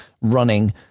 running